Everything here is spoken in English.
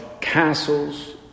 castles